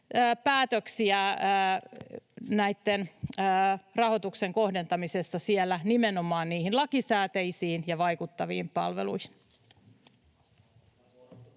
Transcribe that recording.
päätöksiä rahoituksen kohdentamisesta siellä nimenomaan lakisääteisiin ja vaikuttaviin palveluihin.